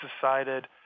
decided